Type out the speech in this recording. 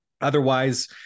Otherwise